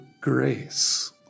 grace